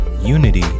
Unity